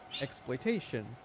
exploitation